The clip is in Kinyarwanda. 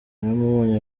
naramubonye